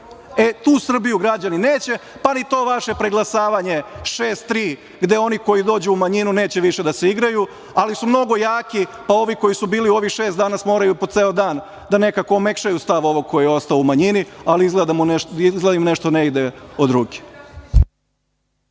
tu Srbiju građani neće, pa ni to vaše preglasavanje šest-tri gde oni koji dođu u manjinu neće više da se igraju, ali su mnogo jaki, pa ovi koji su bili ovih šest dana moraju po ceo dan da nekako omekšaju stav ovog ko je ostao u manjini, ali izgleda da im nešto ne ide od ruke.